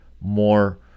more